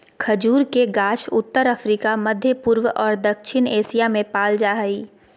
खजूर के गाछ उत्तर अफ्रिका, मध्यपूर्व और दक्षिण एशिया में पाल जा हइ